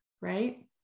Right